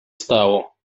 stało